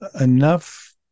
enough